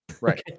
Right